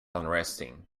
unresting